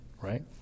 right